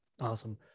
Awesome